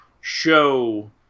show